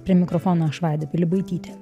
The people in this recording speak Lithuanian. prie mikrofono aš vaida pilibaitytė